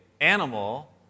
animal